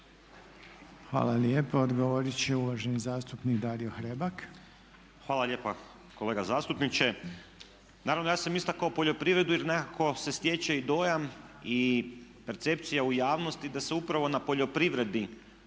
Hvala lijepa. Odgovorit će uvaženi zastupnik Dario Hrebak. **Hrebak, Dario (HSLS)** Hvala lijepa kolega zastupniče. Naravno ja sam istakao poljoprivredu jer nekako se stječe i dojam i percepcija u javnosti da se upravo na poljoprivredi